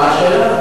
מה השאלה?